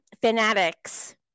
Fanatics